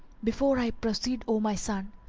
before i proceed, o my son,